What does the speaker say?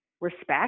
respect